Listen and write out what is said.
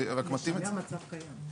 רק מתאים --- זה משפיע על המצב הקיים.